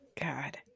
God